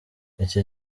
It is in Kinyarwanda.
iki